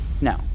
No